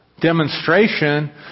demonstration